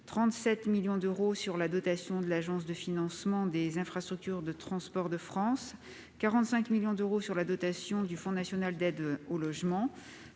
37 millions d'euros sur la dotation de l'Agence de financement des infrastructures de transport de France ; 45 millions d'euros sur la dotation du Fonds national d'aide au logement